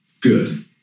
good